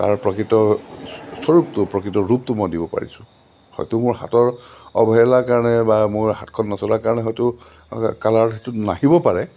তাৰ প্ৰকৃত স্বৰূপটো প্ৰকৃত ৰূপটো মই দিব পাৰিছোঁ হয়তো মোৰ হাতৰ অৱহেলাৰ কাৰণে বা মোৰ হাতখন নচলাৰ কাৰণে হয়তো কালাৰ সেইটো নাহিব পাৰে